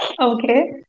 Okay